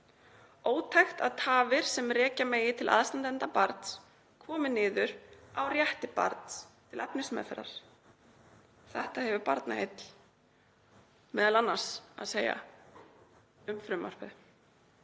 ótækt að tafir sem rekja megi til aðstandenda barns komi niður á rétti barns til efnismeðferðar. Þetta hafa Barnaheill m.a. að segja um frumvarpið.